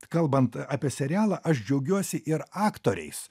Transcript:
kalbant apie serialą aš džiaugiuosi ir aktoriais